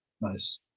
Nice